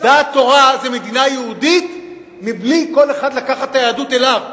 דעת תורה זה מדינה יהודית מבלי שכל אחד לוקח את היהדות אליו: